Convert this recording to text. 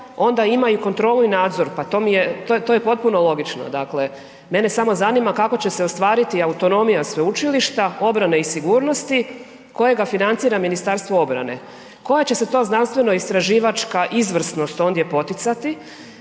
onda ima i kontrolu i nadzor, pa to je potpuno logično. Dakle, mene samo zanima kako će se ostvariti autonomija Sveučilišta obrane i sigurnosti kojega financira MORH? Koja će se to znanstveno-istraživačka izvrsnost ondje poticati,